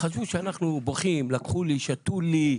חשבו שאנחנו בוכים, לקחו לי, שתו לי,